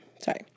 Sorry